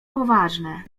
poważne